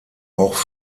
auch